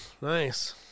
nice